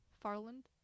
Farland